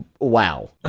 Wow